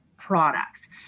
products